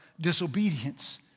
disobedience